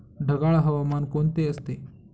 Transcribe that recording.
ढगाळ हवामान कोणते असते?